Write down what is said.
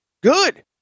good